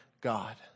God